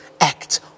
act